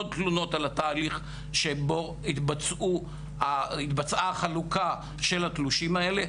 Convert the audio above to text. תלונות על התהליך שבו התבצעה החלוקה של התלושים האלה.